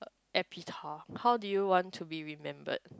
uh how do you want to be remembered